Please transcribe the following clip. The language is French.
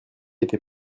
été